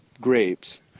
grapes